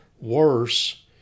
worse